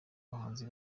abahanzi